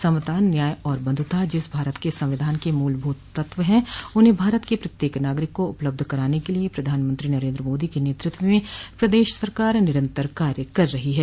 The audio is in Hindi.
समता न्याय व बंधुता जिस भारत के संविधान के मूलभूत तत्व हैं उन्हें भारत के प्रत्येक नागरिक को उपलब्ध कराने के लिए प्रधानमंत्री नरेन्द्र मोदी के नेतृत्व में प्रदेश सरकार निरंतर कार्य कर रही ह